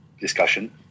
discussion